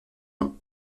nom